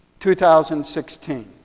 2016